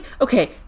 okay